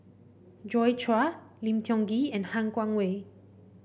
Joi Chua Lim Tiong Ghee and Han Guangwei